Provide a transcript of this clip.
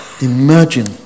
imagine